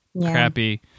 crappy